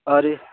sorry